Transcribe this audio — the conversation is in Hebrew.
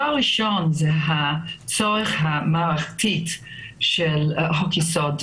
ראשון: הצורך המערכתי של חוק-יסוד: